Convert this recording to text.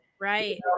Right